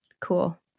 Cool